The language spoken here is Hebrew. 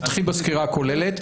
תתחיל בסקירה הכוללת,